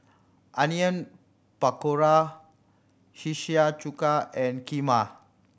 Onion Pakora Hiyashi Chuka and Kheema